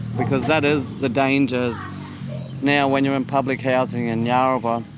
because that is the danger, is now when you're in public housing in yarrabah,